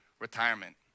Retirement